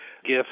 gifts